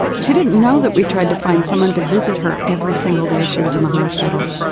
she didn't know that we tried to find someone to visit her every single day she was in the hospital.